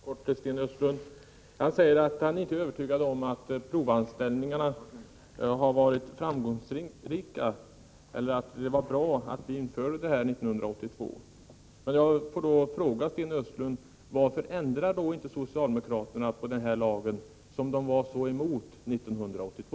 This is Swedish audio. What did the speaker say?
Herr talman! Sten Östlund säger att han inte är övertygad om att provanställningarna har varit framgångsrika eller att det var bra att möjlighet till provanställning infördes 1982. Jag får då fråga Sten Östlund: Varför ändrar inte socialdemokraterna den här bestämmelsen, som de var så emot 1982?